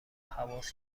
هواس